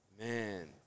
Man